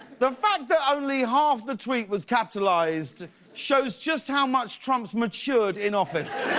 the fact that only half the tweet was capitalized shows just how much trump's matured in office.